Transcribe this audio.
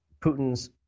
Putin's